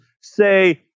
say